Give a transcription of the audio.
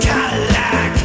Cadillac